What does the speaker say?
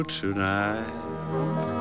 tonight